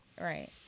right